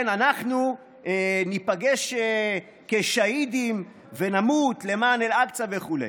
אנחנו ניפגש כשהידים ונמות למען אל-אקצא וכו'.